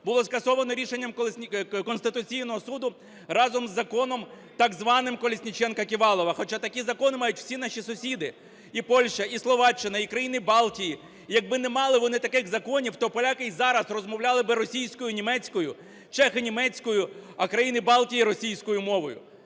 було скасовано рішенням Конституційного Суду разом з Законом так званим Колесніченка-Ківалова, хоча такі закони мають всі наші сусіди: і Польща, і Словаччина, і країни Балтії. Якби не мали вони таких законів, то поляки і зараз розмовляли би російською, німецькою, чехи – німецькою, а країни Балтії – російською мовою.